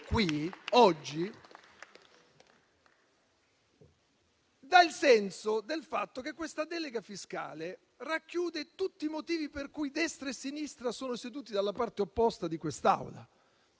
qui oggi dà il senso del fatto che questa delega fiscale racchiude tutti i motivi per cui destra e sinistra sono sedute dalla parte opposta di quest'Aula.